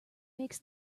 makes